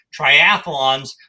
triathlons